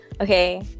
Okay